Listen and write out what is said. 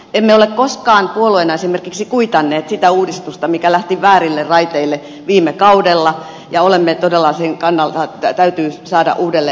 emme ole koskaan puolueena esimerkiksi kuitanneet sitä uudistusta mikä lähti väärille raiteille viime kaudella ja olemme todella sen kannalla että täytyy saada uudelleenarviointi